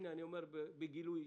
הנה אני אומר בגילוי אישי,